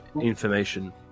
information